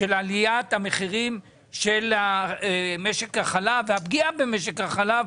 של עליית המחירים של משק החלב והפגיעה במשק החלב,